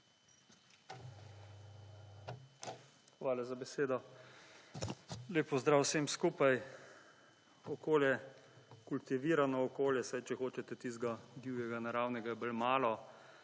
Hvala za besedo. Lep pozdrav vsem skupaj! Okolje, kultivirano okolje, če hočete tistega divjega naravnega je bolj malo,